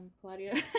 Claudia